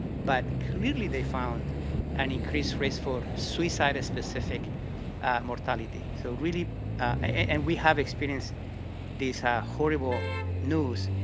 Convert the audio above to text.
but clearly they found an increased risk for suicide specific mortality, so really and we have experienced this horrible news,